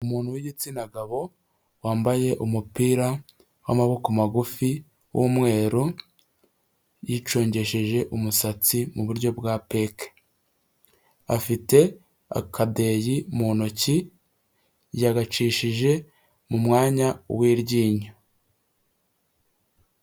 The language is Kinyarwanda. Umuntu wigitsina gabo wambaye umupira wamaboko magufi w’umweru yicongesheje umusatsi muburyo bwa peke afite akadeyi mu ntoki yagacishije mu mwanya w'iryinyo.